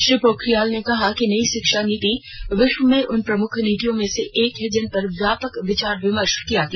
श्री पोखरियाल ने कहा कि नयी शिक्षा नीति विश्वा में उन प्रमुख नीतियों में से है जिनपर व्यापक विचार विमर्श किया गया